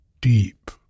deep